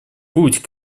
путь